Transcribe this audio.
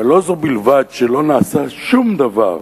ולא זו בלבד שלא נעשה שום דבר,